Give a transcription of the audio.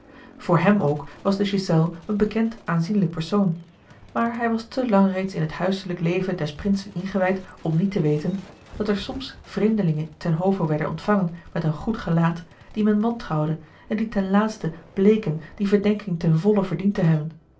voor hem ook was de ghiselles een bekend aanzienlijk persoon maar hij was te lang reeds in het huiselijk leven des prinsen ingewijd om niet te weten dat er soms vreemdelingen ten hove werden ontvangen met een goed gelaat die men wantrouwde en die ten laatste bleken die verdenking ten volle verdiend te hebben